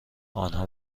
آنها